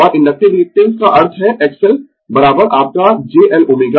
और inductive reactance का अर्थ है XL आपका j L ω